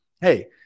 Hey